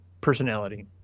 personality